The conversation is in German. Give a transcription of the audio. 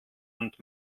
und